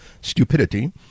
stupidity